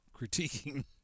critiquing